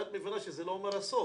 את מבינה שזה לא אומר הסוף,